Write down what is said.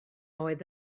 oedd